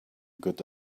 good